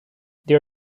there